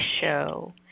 show